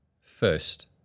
first